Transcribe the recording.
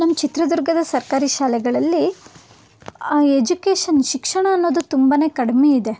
ನಮ್ಮ ಚಿತ್ರದುರ್ಗದ ಸರ್ಕಾರಿ ಶಾಲೆಗಳಲ್ಲಿ ಎಜುಕೇಶನ್ ಶಿಕ್ಷಣ ಅನ್ನೋದು ತುಂಬಾ ಕಡಿಮೆ ಇದೆ